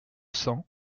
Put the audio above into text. cents